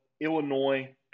Illinois